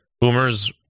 boomers